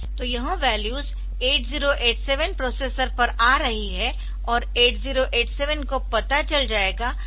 तो यह values 8087 processor पर आ रही है और 8087 को पता चल जाएगा कि यह स्टेटस है